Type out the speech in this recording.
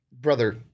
Brother